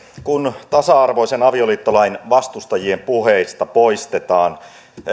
kun tasa arvoisen avioliittolain vastustajien puheista poistetaan